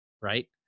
right